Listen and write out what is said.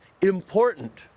important